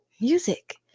music